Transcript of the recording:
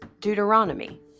Deuteronomy